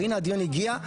אבל הנה הדיון הגיע,